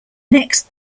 next